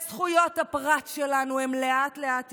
את זכויות הפרט שלנו הם לאט-לאט ייקחו,